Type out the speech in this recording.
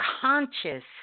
conscious